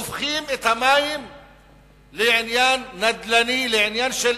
הופכים את המים לעניין נדל"ני, לעניין של